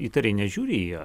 įtariai nežiūri į ją